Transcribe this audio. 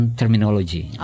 terminology